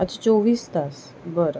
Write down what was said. अच्छा चोवीस तास बरं